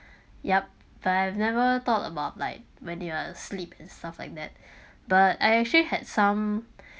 yup but I've never thought about like when they are sleep and stuff like that but I actually had some